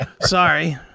Sorry